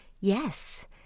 Yes